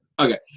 Okay